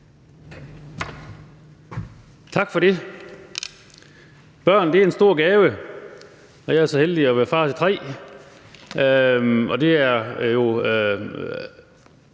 Tak for det. Børn er en stor gave. Jeg er så heldig at være far til tre,